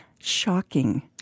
Shocking